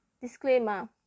disclaimer